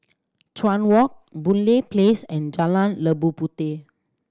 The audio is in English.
Chuan Walk Boon Lay Place and Jalan Labu Puteh